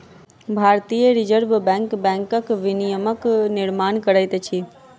भारतीय reserve bank बैंकक विनियमक निर्माण करैत अछि